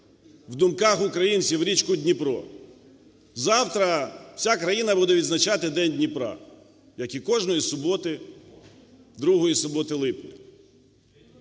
в думках українців річку Дніпро… Завтра вся країна буде відзначати День Дніпра, як і кожної суботи, другої суботи липня.